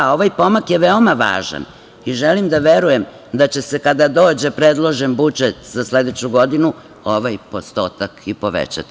Ovaj pomak je veoma važan i želim da verujem da će se kada dođe predložen budžet za sledeću godinu ovaj postotak i povećati.